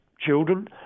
children